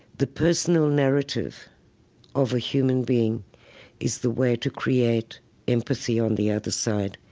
the personal narrative of a human being is the way to create empathy on the other side.